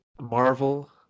Marvel